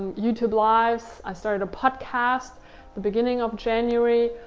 youtube lives. i started a podcast the beginning of january.